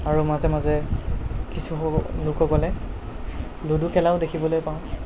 আৰু মাজে মাজে কিছু লোকসকলে লুডু খেলাও দেখিবলৈ পাওঁ